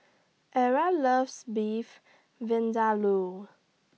Ira loves Beef Vindaloo